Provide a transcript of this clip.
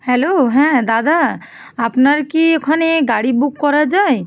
hello হ্যাঁ দাদা আপনার কি ওখানে গাড়ি বুক করা যায়